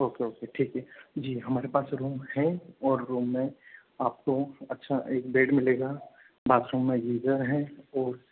okay okay ठीक है जी हमारे पास जो रूम हैं और रूम में आपको अच्छा एक बेड मिलेगा बाथरूम में गीजर है और